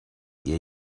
ihr